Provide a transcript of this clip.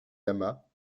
lamas